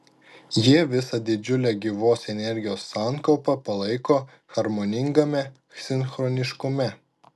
jie visą didžiulę gyvos energijos sankaupą palaiko harmoningame sinchroniškume